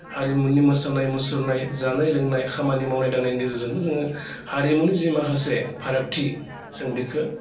हारिमुनि मोसानाय मुसुरनाय जानाय लोंनाय खामानि मावनाय दांनायनि गेजेरजोंबो जोङो हारिमुनि जि माखासे फारागथि जों बेखौ